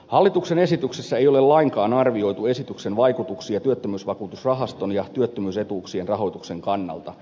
hallituksen esityksessä ei ole lainkaan arvioitu esityksen vaikutuksia työttömyysvakuutusrahaston ja työttömyysetuuksien rahoituksen kannalta